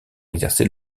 exercer